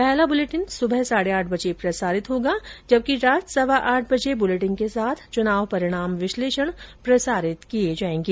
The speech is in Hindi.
पहला बुलेटिन सुबह साढे आठ बजे प्रसारित होगा जबकि रात सवा आठ बजे बुलेटिन के साथ चुनाव परिणाम विश्लेषण प्रसारित किये जायेंगे